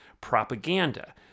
propaganda